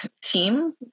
team